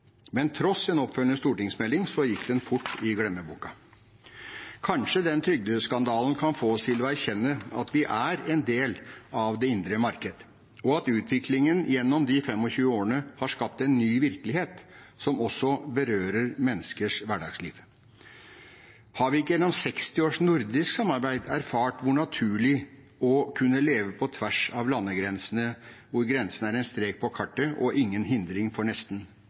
Men til tross for en oppfølgende stortingsmelding gikk den fort i glemmeboken. Kanskje denne trygdeskandalen kan få oss til å erkjenne at vi er en del av det indre marked, og at utviklingen gjennom de 25 årene har skapt en ny virkelighet som også berører menneskers hverdagsliv. Har vi ikke gjennom 60 års nordisk samarbeid erfart hvor naturlig det er å kunne leve på tvers av landegrensene, hvor grensene er en strek på kartet og ingen hindring for nesten